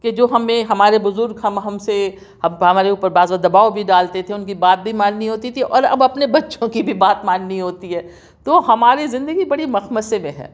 کہ جو ہم میں ہمارے بزرگ ہم ہم سے ابا ہمارے اوپر بعض دباؤ بھی ڈالتے تھے ان کی بات بھی ماننی ہوتی تھی اور اب اپنے بچوں کی بھی بات ماننی ہوتی ہے تو ہمارے زندگی بڑی مخمصے میں ہے